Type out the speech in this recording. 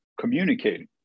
communicating